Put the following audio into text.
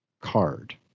card